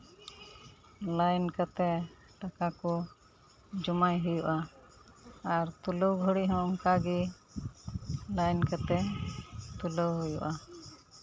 line ᱠᱟᱛᱮᱫ ᱴᱟᱠᱟ ᱠᱚ ᱡᱚᱢᱟᱭ ᱦᱩᱭᱩᱜᱼᱟ ᱟᱨ ᱛᱩᱞᱟᱹᱣ ᱜᱷᱟᱹᱲᱤᱡ ᱦᱚᱸ ᱚᱱᱠᱟᱜᱮ ᱞᱟᱭᱤᱱ ᱠᱟᱛᱮᱫ ᱛᱩᱞᱟᱹᱣ ᱦᱩᱭᱩᱜᱼᱟ